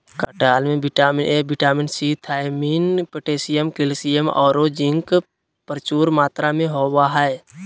कटहल में vitamin A, vitamin C, thiamine, potassium, calcium औरो जिंक प्रचुर मात्रा में होबा हइ